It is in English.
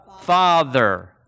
Father